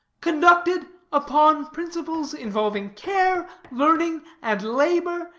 conducted upon principles involving care, learning, and labor,